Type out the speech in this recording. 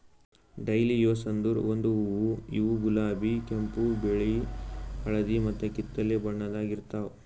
dahlias ಅಂದುರ್ ಒಂದು ಹೂವು ಇವು ಗುಲಾಬಿ, ಕೆಂಪು, ಬಿಳಿ, ಹಳದಿ ಮತ್ತ ಕಿತ್ತಳೆ ಬಣ್ಣದಾಗ್ ಇರ್ತಾವ್